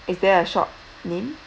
is there a short name